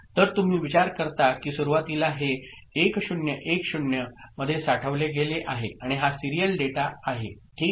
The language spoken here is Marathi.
तर तुम्ही विचार करता की सुरुवातीला हे 1 0 1 0 मध्ये साठवले गेले आहे आणि हा सिरीयल डेटा आहे ठीक